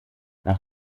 nach